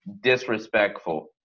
disrespectful